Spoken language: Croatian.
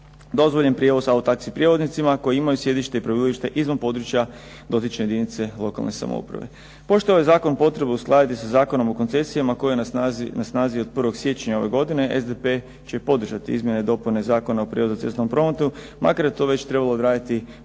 dozvoljen prijevoz auto taxi prijevoznicima koji imaju sjedište i prebivalište izvan područja dotične jedinice lokalne samouprave. Pošto je ovaj Zakon potrebno uskladiti sa Zakonom o koncesijama koji je na snazi od 1. siječnja ove godine SDP će podržati izmjene i dopune Zakona o cestovnom prometu makar je to trebalo već odraditi već